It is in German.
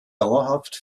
dauerhaft